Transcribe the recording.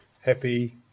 Happy